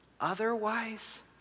Otherwise